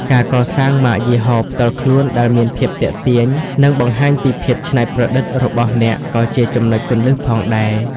ការកសាងម៉ាកយីហោផ្ទាល់ខ្លួន ដែលមានភាពទាក់ទាញ និងបង្ហាញពីភាពច្នៃប្រឌិតរបស់អ្នកក៏ជាចំណុចគន្លឹះផងដែរ។